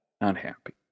Unhappy